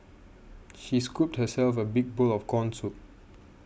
she scooped herself a big bowl of Corn Soup